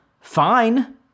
fine